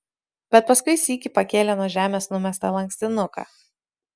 bet paskui sykį pakėlė nuo žemės numestą lankstinuką